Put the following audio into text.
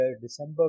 December